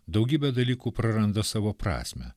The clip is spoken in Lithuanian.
daugybė dalykų praranda savo prasmę